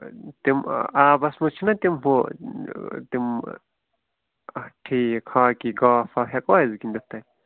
تِم آبس منٛز چھِنَہ تِم بۄ تِم ٹھیٖک ہاکی گاف واف ہٮ۪کوا أسۍ گِنٛدِتھ تَتہِ